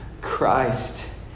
Christ